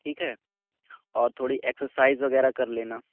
ٹھیک ہے اور تھوڑی ایکسرسائز وغیرہ کر لینا